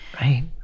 right